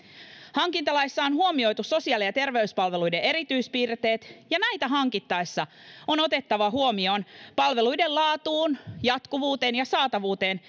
hankintalaissa on huomioitu sosiaali ja terveyspalveluiden erityispiirteet ja näitä hankittaessa on otettava huomioon palveluiden laatuun jatkuvuuteen ja saatavuuteen